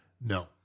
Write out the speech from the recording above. No